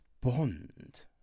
Bond